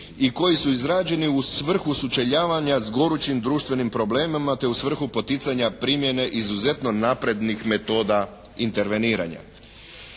i koji su izrađeni u svrhu sučeljavanja s gorućim društvenim problemima te u svrhu poticanja primjene izuzetno naprednih metoda interveniranja.